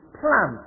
plan